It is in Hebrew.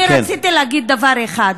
אני רציתי להגיד דבר אחד,